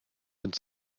ins